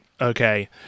okay